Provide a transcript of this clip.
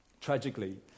Tragically